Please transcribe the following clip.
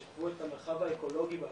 להרחיב את המרחב האקולוגי באזור.